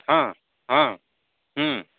অঁ অঁ